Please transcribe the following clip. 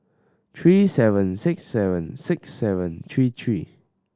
three seven six seven six seven three three